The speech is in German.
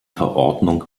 verordnung